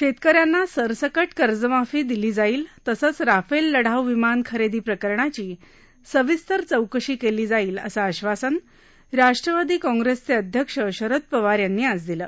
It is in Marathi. शेतक यांना सरसकट कर्जमाफी दिली जाईल तसचं राफेल लढाऊ विमान खरेदी प्रकरणाची सविस्तर चौकशी केली जाईल असं आश्वासन राष्ट्रवादी काँग्रेसचे अध्यक्ष शरद पवार यांनी आज दिलं